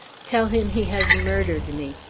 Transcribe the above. tell him he has murdered me!